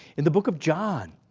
in the book of john,